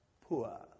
poor